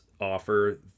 offer